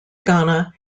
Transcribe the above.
ghana